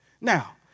Now